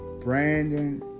Brandon